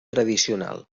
tradicional